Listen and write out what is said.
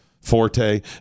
forte